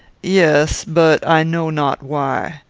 yes but i know not why.